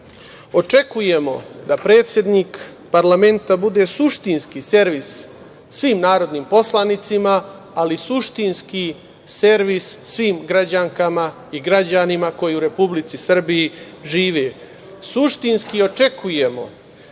gledamo. Očekujemo da predsednik Parlamenta bude suštinski servis svim narodnim poslanicima ali i suštinski servis svim građankama i građanima koji u Republici Srbiji žive.